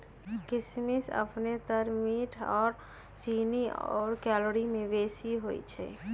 किशमिश अपने तऽ मीठ आऽ चीन्नी आउर कैलोरी में बेशी होइ छइ